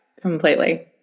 completely